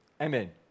Amen